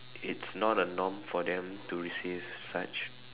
it's not a norm for them to receive such